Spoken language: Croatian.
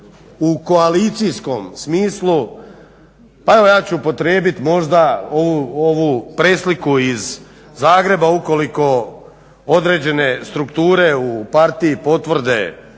u koalicijskom smislu, evo ja ću upotrijebit možda ovu presliku iz Zagreba ukoliko određene strukture u partiji potvrde